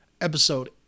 episode